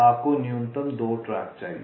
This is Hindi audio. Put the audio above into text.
आपको न्यूनतम 2 ट्रैक चाहिए